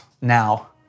Now